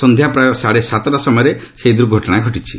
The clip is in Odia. ସନ୍ଧ୍ୟା ପ୍ରାୟ ସାଢ଼େ ସାତଟା ସମୟରେ ଏହି ଦୁର୍ଘଟଣା ଘଟିଛି